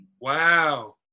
Wow